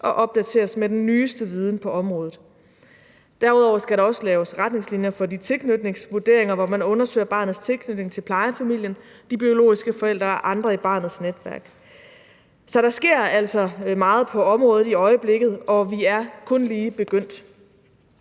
og opdateres med den nyeste viden på området. Derudover skal der også laves retningslinjer for de tilknytningsvurderinger, hvor man undersøger barnets tilknytning til plejefamilien, de biologiske forældre og andre i barnets netværk. Så der sker altså meget på området i øjeblikket, og vi er kun lige begyndt.